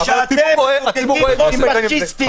כשאתם מחוקקים חוק פשיסטי,